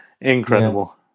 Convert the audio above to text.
Incredible